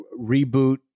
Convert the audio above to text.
reboot